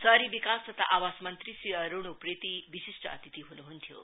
शहरी विकास तथा आवास मंत्री श्री अरुण उप्रेती विशिष्ट अतिथि हुनुहुन्थ्यो